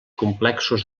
complexos